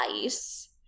ice